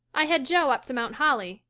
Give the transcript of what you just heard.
i had jo up to mount holly,